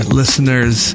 listeners